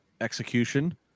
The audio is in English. execution